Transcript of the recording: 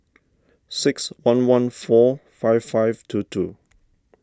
six one one four five five two two